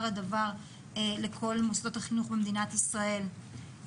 הדבר לכל מוסדות החינוך במדינת ישראל.